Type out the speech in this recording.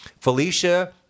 Felicia